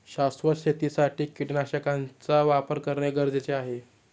शाश्वत शेतीसाठी कीटकनाशकांचा वापर करणे गरजेचे आहे